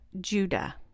Judah